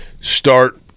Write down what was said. start